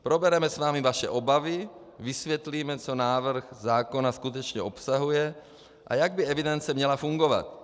Probereme s vámi vaše obavy, vysvětlíme, co návrh zákona skutečně obsahuje a jak by evidence měla fungovat.